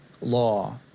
law